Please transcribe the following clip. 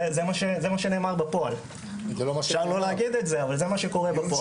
זה צמה שנאמר בפועל, זה מה שקורה בפועל.